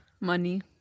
Money